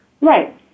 Right